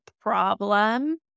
problem